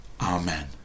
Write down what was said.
Amen